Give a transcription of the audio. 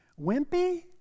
Wimpy